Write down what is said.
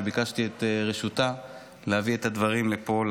וביקשתי את רשותה להביא את הדברים לפה,